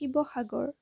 Sivasagar